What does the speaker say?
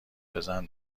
بزن